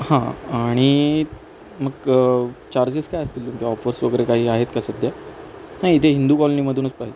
हं आणि मग चार्जेस काय असतील ऑफर्स वगैरे काही आहेत का सध्या नाही इथे हिंदू कॉलनीमधूनच पाय